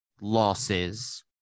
losses